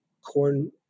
corn